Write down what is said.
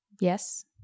Yes